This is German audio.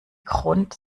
grund